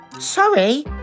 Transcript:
Sorry